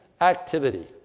activity